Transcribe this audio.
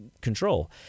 control